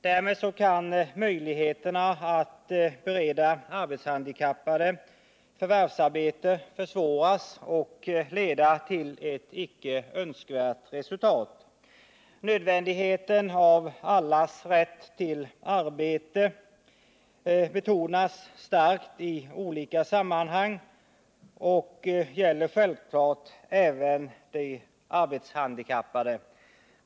Därmed kan möjligheterna att bereda arbetshandikappade förvärvsarbete försvåras, och det kan leda till ett icke önskvärt resultat. Allas rätt till arbete betonas starkt i olika sammanhang och gäller självklart även de arbetshandikappade.